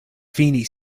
fini